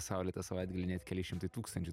saulėtą savaitgalį net keli šimtai tūkstančių